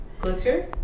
Glitter